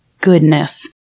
goodness